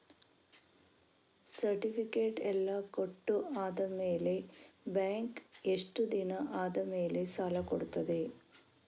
Certificate ಎಲ್ಲಾ ಕೊಟ್ಟು ಆದಮೇಲೆ ಬ್ಯಾಂಕ್ ಎಷ್ಟು ದಿನ ಆದಮೇಲೆ ಸಾಲ ಕೊಡ್ತದೆ?